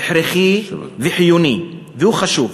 הכרחי וחיוני והוא חשוב.